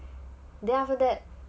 then after that